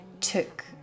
took